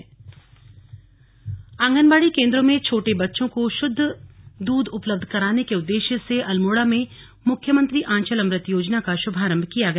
slug आंगनबाड़ी आंगनबाड़ी केंद्रों में छोटे बच्चों को शुद्ध दूध उपलब्ध कराने के उद्देश्य से अल्मोड़ा में मुख्यमंत्री आंचल अमृत योजना का शुभारंभ किया गया